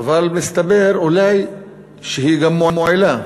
אבל מסתבר אולי שהיא גם מועילה.